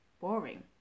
boring